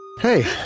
Hey